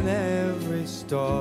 ne maisto